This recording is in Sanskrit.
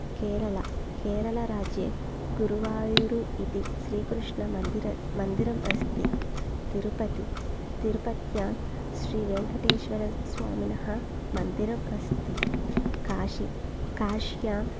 केरला केरलाराज्ये गुरुवायूरु इति श्रीकृष्णमन्दिर मन्दिरम् अस्ति तिरुपति तिरुपत्यां श्रीवेङ्कटेश्वरस्वामिनः मन्दिरम् अस्ति काशी काश्यां